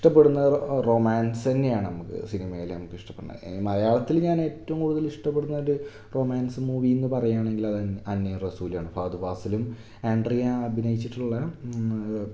ഇഷ്ടപ്പെടുന്നത് റൊമാൻസ് തന്നെയാണ് നമുക്ക് സിനിമയിൽ നമുക്കിഷ്ടപ്പെടുന്ന മലയാളത്തിൽ ഞാൻ ഏറ്റവും കൂടുതൽ ഇഷ്ടപ്പെടുന്നൊരു റൊമാൻസ് മൂവിയെന്നു പറയാണെങ്കിൽ അന്നയും റസൂലുമാണ് ഫഹദ് ഫാസിലും ആൻഡ്രിയ അഭിനയിച്ചിട്ടുള്ള